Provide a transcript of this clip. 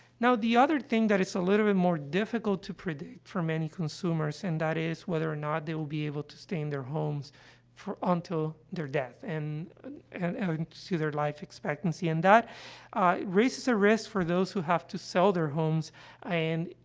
now, the other thing that is a little bit more difficult to predict for many consumers, and that is whether or not they will be able to stay in their homes for until their death and and and through their life expectancy. and that, ah it raises a risk for those who have to sell their homes and,